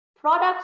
products